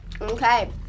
Okay